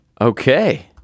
Okay